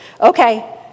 Okay